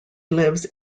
lives